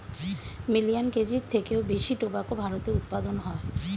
million কেজির থেকেও বেশি টোবাকো ভারতে উৎপাদন হয়